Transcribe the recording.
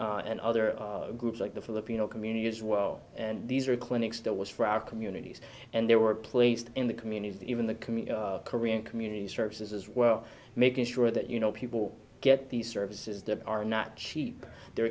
and other groups like the filipino community as well and these are clinics that was for our communities and they were placed in the community even the community korean community services as well making sure that you know people get these services that are not cheap they're